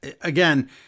again